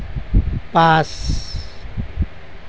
পাঁচ